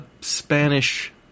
Spanish